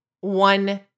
one